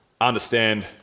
understand